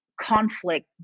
conflict